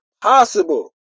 possible